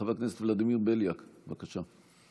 חבר הכנסת ולדימר בליאק, בבקשה.